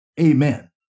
amen